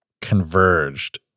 converged